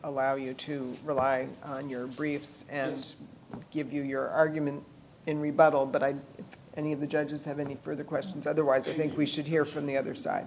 allow you to rely on your briefs and give you your argument in rebuttal but i and you the judges have any further questions otherwise i think we should hear from the other side